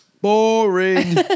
boring